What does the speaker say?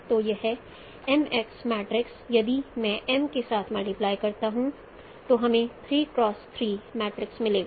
तो यह mX matrix यदि मैं M के साथ मल्टीप्लाई करता हूं तो हमें 3 X 3 मैट्रिक्स मिलेगा